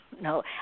No